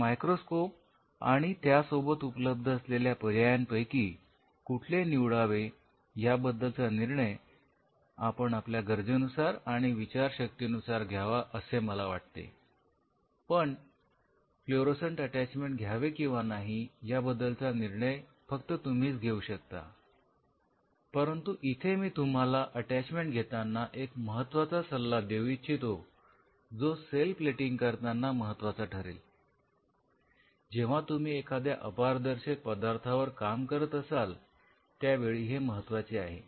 एक मायक्रोस्कोप पदार्थावर काम करत असाल त्यावेळी हे महत्त्वाचे आहे